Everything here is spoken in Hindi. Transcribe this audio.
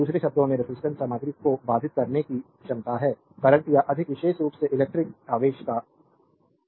दूसरे शब्दों में रेजिस्टेंस सामग्री को बाधित करने की क्षमता है करंट या अधिक विशेष रूप से इलेक्ट्रिक आवेश का प्रवाह